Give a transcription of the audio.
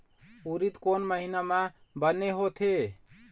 उरीद कोन महीना म बने होथे?